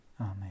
Amen